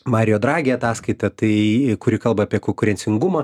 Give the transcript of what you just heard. mario dragi ataskaita tai kuri kalba apie kokurencingumą